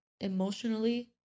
emotionally